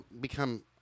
become